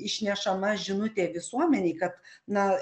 išnešama žinutė visuomenei kad na